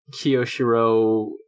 Kiyoshiro